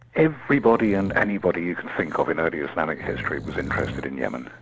everybody and anybody you can think of in early islamic history was interested in yemen.